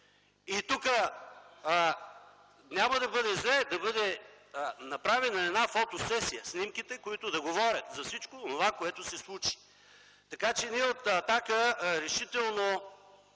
Тук няма да е зле да бъде направена една фотосесия – снимките, които да говорят за всичко онова, което се случи. Ние от „Атака” решително